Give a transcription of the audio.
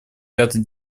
пятый